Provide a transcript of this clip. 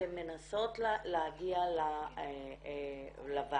אתן מנסות להגיע לוועדה,